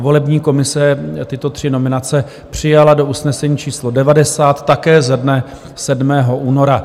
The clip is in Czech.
Volební komise tyto tři nominace přijala do usnesení číslo 90, také ze dne 7. února.